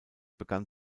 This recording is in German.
begann